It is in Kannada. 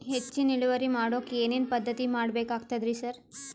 ಹೆಚ್ಚಿನ್ ಇಳುವರಿ ಮಾಡೋಕ್ ಏನ್ ಏನ್ ಪದ್ಧತಿ ಮಾಡಬೇಕಾಗ್ತದ್ರಿ ಸರ್?